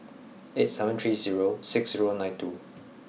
eight seven three zero six zero nine two